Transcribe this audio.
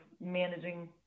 managing